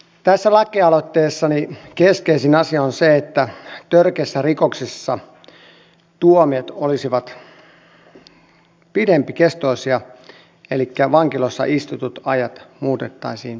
tässä lakialoitteessani keskeisin asia on se että törkeissä rikoksissa tuomiot olisivat pidempikestoisia elikkä vankiloissa istutut ajat muutettaisiin pidemmiksi